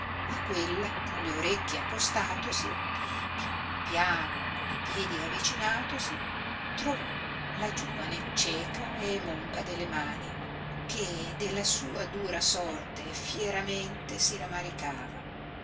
a quella con le orecchie accostatosi e pian piano con i piedi avicinatosi trovò la giovane cieca e monca delle mani che della sua dura sorte fieramente si ramaricava